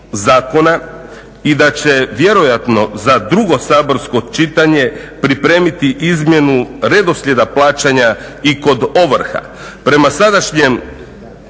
I da će vjerojatno za drugo saborsko čitanje pripremiti izmjenu redoslijeda plaćanja i kod ovrha.